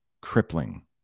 crippling